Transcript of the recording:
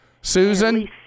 Susan